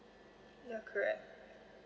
ya correct